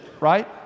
right